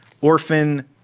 orphan